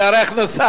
זה הרי הכנסה.